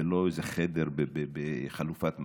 ולא איזה חדר בחלופת מעצר.